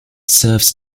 serves